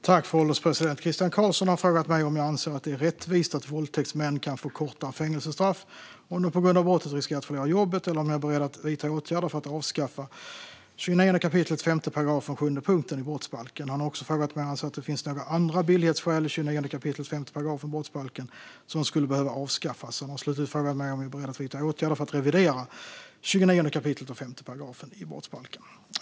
Fru ålderspresident! Christian Carlsson har frågat mig om jag anser att det är rättvist att våldtäktsmän kan få kortare fängelsestraff om de på grund av brottet riskerar att förlora jobbet, eller om jag är beredd att vidta åtgärder för att avskaffa 29 kap. 5 § 7 brottsbalken. Han har också frågat mig om jag anser att det finns några andra billighetsskäl i 29 kap. 5 § brottsbalken som skulle behöva avskaffas. Han har slutligen frågat mig om jag är beredd att vidta åtgärder för att revidera 29 kap. 5 § brottsbalken.